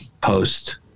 post